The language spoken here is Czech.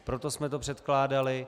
Proto jsme to předkládali.